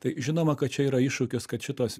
tai žinoma kad čia yra iššūkis kad šitos